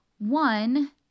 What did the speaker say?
One